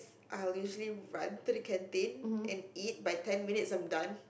I'll usually run to the canteen and eat by ten minutes I'm done